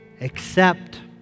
accept